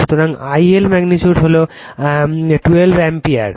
সুতরাং I L magnitude হল 12 ampere